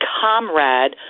comrade